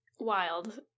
Wild